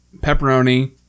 Pepperoni